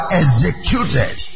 executed